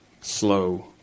slow